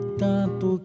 tanto